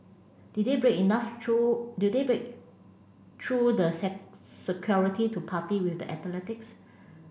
did they break enough through did they break through the security to party with the athletics